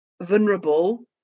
vulnerable